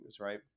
Right